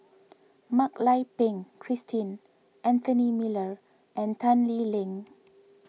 Mak Lai Peng Christine Anthony Miller and Tan Lee Leng